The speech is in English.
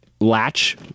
latch